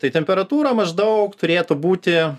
tai temperatūra maždaug turėtų būti